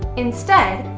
instead,